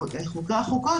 חוקרי החוקות,